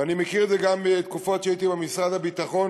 ואני מכיר את זה גם מתקופות שהייתי במשרד הביטחון,